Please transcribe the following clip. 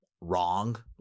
wrong